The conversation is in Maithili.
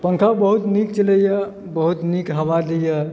पङ्खा बहुत नीक चलैए बहुत नीक हवा दए यऽ